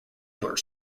were